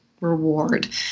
Reward